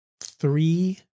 three